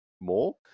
more